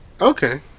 Okay